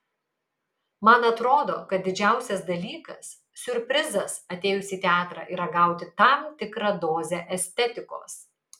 man atrodo kad didžiausias dalykas siurprizas atėjus į teatrą yra gauti tam tikrą dozę estetikos